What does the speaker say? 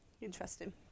Interesting